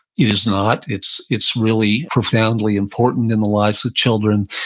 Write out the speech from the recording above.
it is not. it's it's really profoundly important in the lives of children,